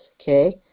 Okay